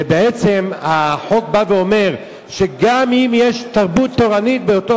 בעצם החוק אומר שגם אם יש תרבות תורנית באותו